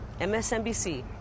MSNBC